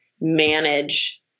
manage